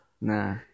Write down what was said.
Nah